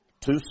Two